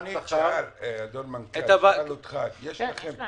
שכר --- שאל היושב-ראש אם יש לכם תכנית?